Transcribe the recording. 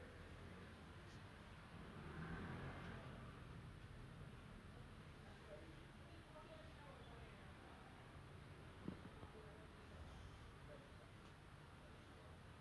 so I think they came at twenty fourteen twenty f~ twenty fifteen they came so they were new to singapore and all that then after that when they first came right their H_D_B block was still err renovating